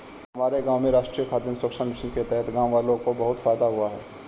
हमारे गांव में राष्ट्रीय खाद्य सुरक्षा मिशन के तहत गांववालों को बहुत फायदा हुआ है